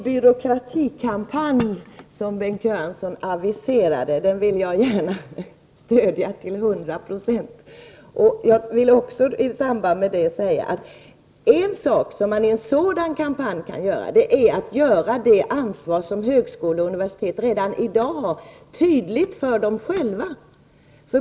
Herr talman! Jag vill gärna till hundra procent stödja den antibyråkratikampanj som Bengt Göransson aviserade. I det sammanhanget kan man göra det ansvar som högskolor och universitet redan i dag har tydligt för dem själva.